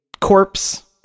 corpse